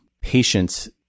patience